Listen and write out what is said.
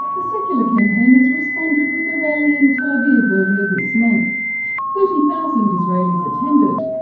the secular campaigners responded with a rally in tel aviv earlier this month thirty thousand israelis attended,